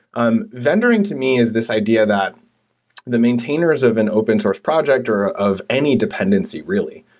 um vendoring to me is this idea that the maintainers of an open source project or of any dependency, really,